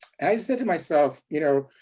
i said to myself, you know,